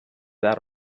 that